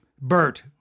Bert